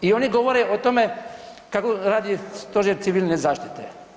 I oni govore o tome kako radi Stožer civilne zaštite.